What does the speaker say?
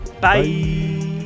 bye